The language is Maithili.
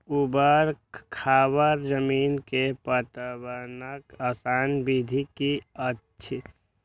ऊवर खावर जमीन में पटवनक आसान विधि की अछि?